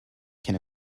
can